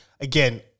again